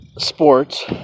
sports